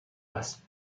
است